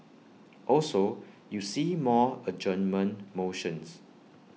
also you see more adjournment motions